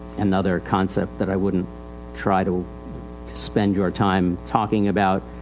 another concept that i wouldnit try to spend your time talking about.